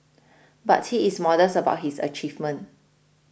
but he is modest about his achievement